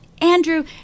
Andrew